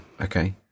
Okay